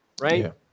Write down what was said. right